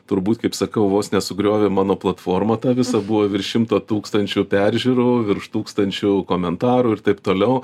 turbūt kaip sakau vos nesugriovė mano platforma ta visa buvo virš šimto tūkstančių peržiūrų virš tūkstančių komentarų ir taip toliau